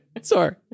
Sorry